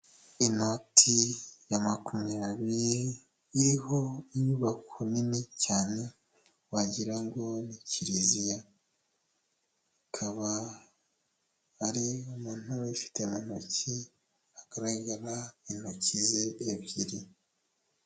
Inoti ya makumyabiri iriho inyubako nini cyane wagira ngo ni kiriziya, akaba ari umuntu ubifite mu ntoki, hagaragara intoki ze ebyiri.